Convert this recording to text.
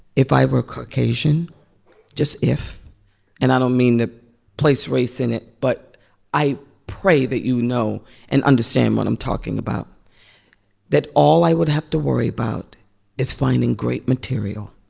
if i were caucasian just if and i don't mean to place race in it, but i pray that you know and understand what i'm talking about that all i would have to worry about is finding great material.